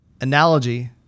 analogy